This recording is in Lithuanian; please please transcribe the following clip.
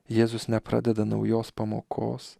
jėzus nepradeda naujos pamokos